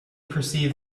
perceived